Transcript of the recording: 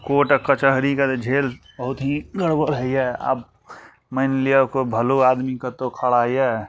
court आ कचहरीके तऽ झेल बहुत ही गड़बड़ होइए आब मानि लिअ केओ भलो आदमी कतहु खड़ा यऽ